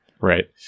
Right